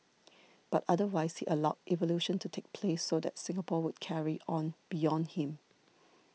but otherwise he allowed evolution to take place so that Singapore would carry on beyond him